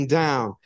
down